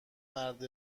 مرد